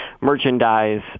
merchandise